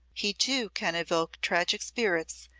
he, too, can evoke tragic spirits,